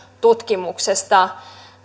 tutkimuksesta